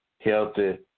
Healthy